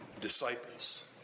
disciples